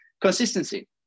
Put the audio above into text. Consistency